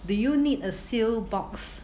do you need a seal box